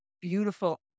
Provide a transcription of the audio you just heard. beautiful